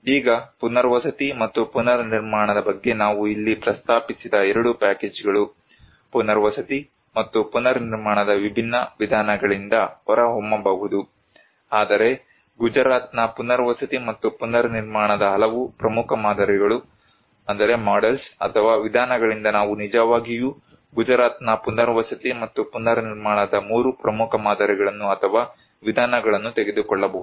ಈಗ ಪುನರ್ವಸತಿ ಮತ್ತು ಪುನರ್ನಿರ್ಮಾಣದ ಬಗ್ಗೆ ನಾವು ಇಲ್ಲಿ ಪ್ರಸ್ತಾಪಿಸಿದ 2 ಪ್ಯಾಕೇಜುಗಳು ಪುನರ್ವಸತಿ ಮತ್ತು ಪುನರ್ನಿರ್ಮಾಣದ ವಿಭಿನ್ನ ವಿಧಾನಗಳಿಂದ ಹೊರಹೊಮ್ಮಬಹುದು ಆದರೆ ಗುಜರಾತ್ನ ಪುನರ್ವಸತಿ ಮತ್ತು ಪುನರ್ನಿರ್ಮಾಣದ ಹಲವು ಪ್ರಮುಖ ಮಾದರಿಗಳು ಅಥವಾ ವಿಧಾನಗಳಿಂದ ನಾವು ನಿಜವಾಗಿಯೂ ಗುಜರಾತ್ನ ಪುನರ್ವಸತಿ ಮತ್ತು ಪುನರ್ನಿರ್ಮಾಣದ 3 ಪ್ರಮುಖ ಮಾದರಿಗಳನ್ನು ಅಥವಾ ವಿಧಾನಗಳನ್ನು ತೆಗೆದುಕೊಳ್ಳಬಹುದು